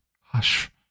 Hush